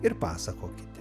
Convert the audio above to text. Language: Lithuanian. ir pasakokite